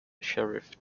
sheriff